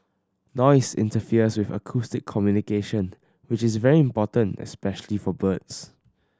noise interferes with acoustic communication which is very important especially for birds